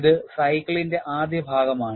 ഇത് സൈക്കിളിന്റെ ആദ്യ ഭാഗമാണ്